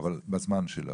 אבל בזמן שלו.